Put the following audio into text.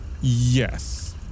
Yes